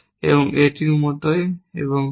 এবং এটির মতো এবং তাই